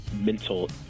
mental